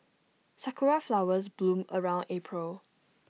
Sakura Flowers bloom around April